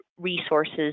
resources